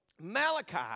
Malachi